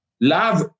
Love